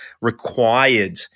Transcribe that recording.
required